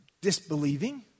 disbelieving